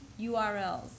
URLs